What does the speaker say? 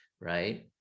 right